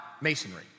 masonry